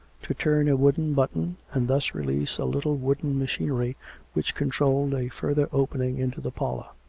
to turn a wooden button and thus release a little wooden machinery which controlled a further opening into the parlour,